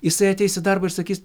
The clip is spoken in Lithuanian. jisai ateis į darbą ir sakys